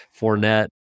Fournette